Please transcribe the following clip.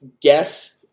guess